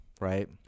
Right